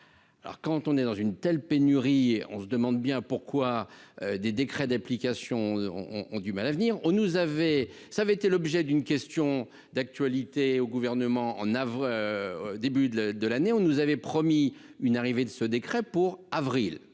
alors quand on est dans une telle pénurie et on se demande bien pourquoi des décrets d'application ont du mal à venir, on nous avait ça avait été l'objet d'une question d'actualité au gouvernement en avril début de de l'année, on nous avait promis une arrivée de ce décret pour avril